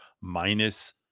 minus